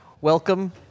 Welcome